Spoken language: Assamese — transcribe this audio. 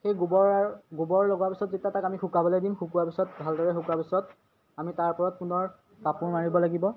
সেই গোবৰ আৰু গোবৰ লগোৱাৰ পিছত যেতিয়া তাক আমি শুকাবলৈ দিম শুকোৱাৰ পিছত ভালদৰে শুকোৱাৰ পিছত আমি তাৰ ওপৰত পুনৰ কাপোৰ মাৰিব লাগিব